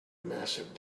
massive